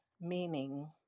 meaning